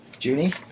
Junie